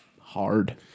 Hard